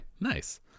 nice